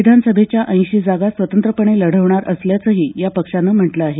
विधानसभेच्या ऐंशी जागा स्वतंत्रपणे लढवणार असल्याचंही या पक्षानं म्हटलं आहे